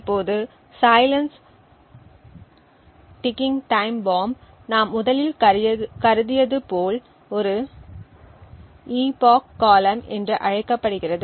இப்போது silence ticking time bomb நாம் முதலில் கருதியது போல் ஒரு epoch காலம் என்று அழைக்கப்படுகிறது